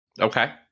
Okay